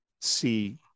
see